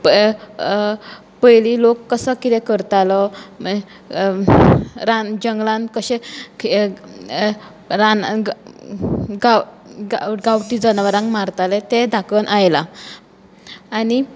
प पयलीं लोक कसो कितें करतालो रान जंगलान कशे रान गांव गांवटी जनावरांक मारताले तें दाखोवन आयलां आनी